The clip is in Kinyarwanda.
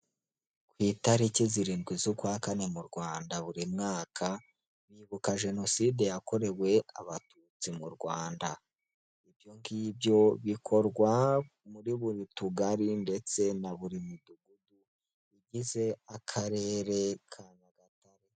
Ku itariki zirindwi z'ukwa Kane mu Rwanda buri mwaka, bibuka Jenoside yakorewe Abatutsi mu Rwanda, ibyo ngibyo bikorwa muri buri tugari ndetse na buri mudugudu ugize akarere ka Nyagatare.